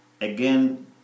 again